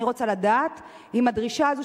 אני רוצה לדעת אם הדרישה הזו,